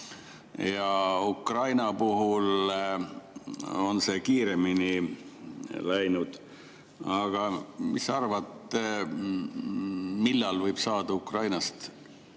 Ukraina puhul on see kiiremini läinud. Aga mis sa arvad, millal võib saada Ukrainast